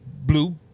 blue